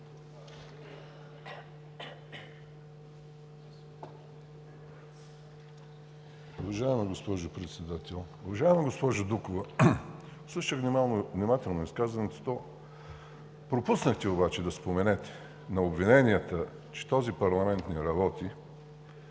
Уважаема госпожо Председател! Уважаема госпожо Дукова, слушах внимателно изказването. Пропуснахте обаче да споменете на обвиненията, че този парламент не работи,